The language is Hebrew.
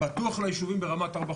בטוח לישובים ברמת 4,